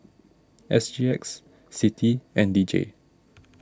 S G X Citi and D J